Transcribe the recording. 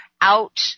out